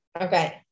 Okay